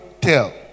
tell